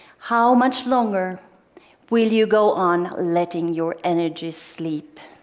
how much longer will you go on letting your energy sleep?